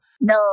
No